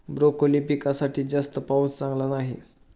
broccoli पिकासाठी जास्त पाऊस चांगला नाही